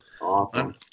Awesome